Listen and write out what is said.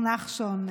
נחשון,